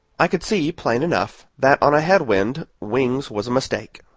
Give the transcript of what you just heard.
i could see, plain enough, that on a head-wind, wings was a mistake.